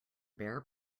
bare